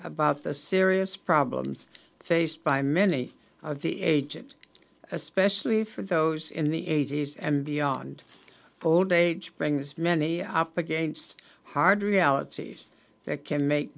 about the serious problems faced by many of the agent especially for those in the eighties and beyond old age brings many up against hard realities that can make